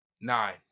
Nine